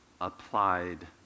applied